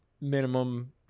minimum